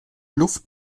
luft